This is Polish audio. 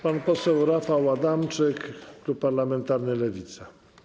Pan poseł Rafał Adamczyk, klub parlamentarny Lewica.